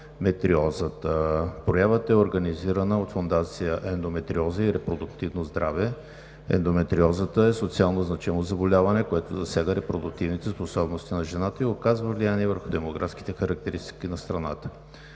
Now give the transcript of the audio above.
ендометриозата. Проявата е организирана от Фондация „Ендометриоза и репродуктивно здраве“. Ендометриозата е социално значимо заболяване, което засяга репродуктивните способности на жената и оказва влияние върху демографските характеристики на страната.